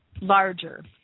larger